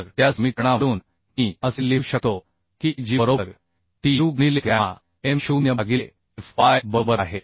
तर त्या समीकरणावरून मी असे लिहू शकतो की A g बरोबर T u गुणिले गॅमा m0 भागिले F y बरोबर आहे